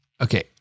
Okay